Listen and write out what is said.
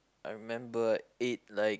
I remember I ate like